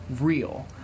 real